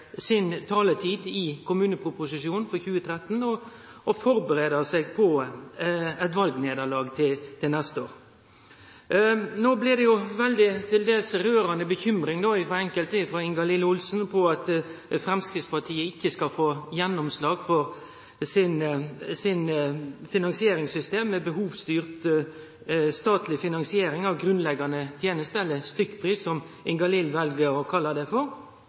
i debatten om kommuneproposisjonen for 2013 på å førebu seg på eit valnederlag neste år. Frå enkelte – f.eks. Ingalill Olsen – var det dels rørande bekymring for at Framstegspartiet ikkje skal få gjennomslag for finansieringssystemet sitt med behovsstyrt statleg finansiering av grunnleggjande tenester – eller stykkpris, som ho vel å kalle det.